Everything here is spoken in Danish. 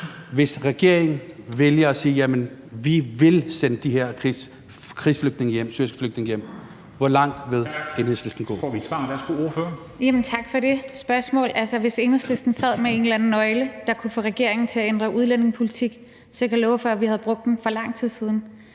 Dam Kristensen): Tak. Så får vi svar. Værsgo. Kl. 13:33 Rosa Lund (EL): Tak for det spørgsmål. Hvis Enhedslisten sad med en eller anden nøgle, der kunne få regeringen til at ændre udlændingepolitik, så kan jeg love for, at vi havde brugt den for lang tid siden.